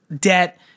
debt